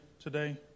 today